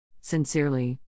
Sincerely